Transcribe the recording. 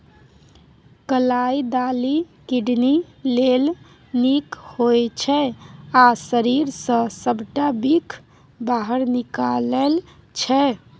कलाइ दालि किडनी लेल नीक होइ छै आ शरीर सँ सबटा बिख बाहर निकालै छै